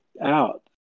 out